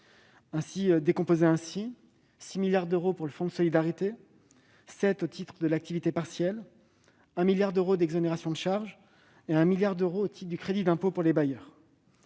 par mois : 6 milliards d'euros pour le fonds de solidarité, 7 milliards d'euros au titre de l'activité partielle, 1 milliard d'euros liés aux exonérations de charges et 1 milliard d'euros au titre du crédit d'impôt pour les bailleurs.